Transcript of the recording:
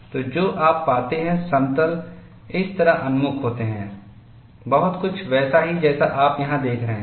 तो जो आप पाते हैं समतल इस तरह उन्मुख होते हैं बहुत कुछ वैसा ही जैसा आप यहाँ देख रहे हैं